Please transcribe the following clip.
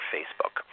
Facebook